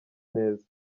neza